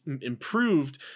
improved